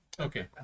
okay